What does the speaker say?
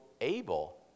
able